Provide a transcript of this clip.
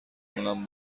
کنم